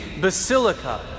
basilica